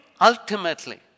ultimately